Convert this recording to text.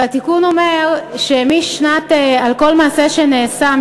והתיקון אומר: על כל מעשה שנעשה,